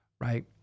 right